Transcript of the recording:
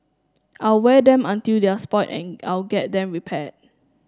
I'll wear them until they're spoilt and I'll get them repair